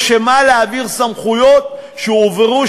או שמא להעביר סמכויות שהועברו,